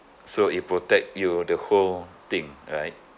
so it protect you the whole thing right